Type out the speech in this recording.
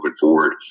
forward